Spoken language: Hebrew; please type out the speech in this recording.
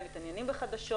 הם מתעניינים בחדשות,